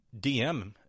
DM